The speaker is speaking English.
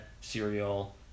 cereal